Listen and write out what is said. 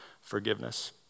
forgiveness